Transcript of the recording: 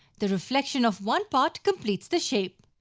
the reflection of one part completes the shape.